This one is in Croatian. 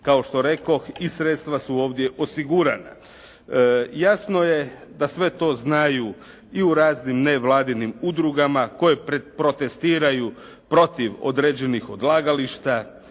Kao što rekoh i sredstva su ovdje osigurana. Jasno je da sve to znaju i u raznim nevladinim udrugama koje protestiraju protiv određenih odlagališta,